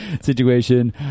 situation